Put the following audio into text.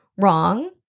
wrong